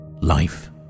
Life